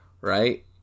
right